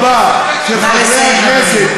אבל לא חזקים מספיק,